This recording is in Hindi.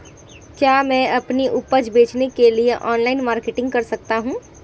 क्या मैं अपनी उपज बेचने के लिए ऑनलाइन मार्केटिंग कर सकता हूँ?